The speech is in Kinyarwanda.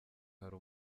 hari